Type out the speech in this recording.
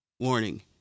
Warning